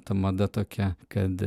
ta mada tokia kad